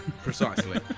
precisely